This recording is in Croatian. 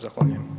Zahvaljujem.